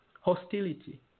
hostility